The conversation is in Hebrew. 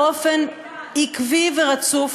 באופן עקבי ורצוף,